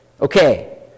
Okay